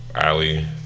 Ali